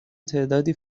تعدادی